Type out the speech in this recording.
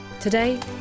Today